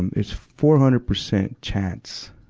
and it's four hundred percent chance,